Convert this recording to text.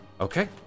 Okay